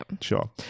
Sure